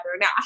Now